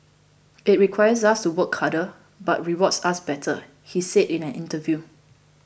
it requires us to work harder but rewards us better he said in an interview